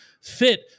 fit